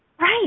Right